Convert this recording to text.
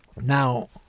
now